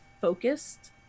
focused